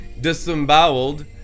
Disemboweled